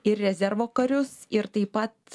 ir rezervo karius ir taip pat